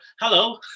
Hello